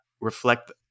reflect